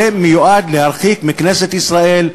זה מיועד להרחיק מכנסת ישראל,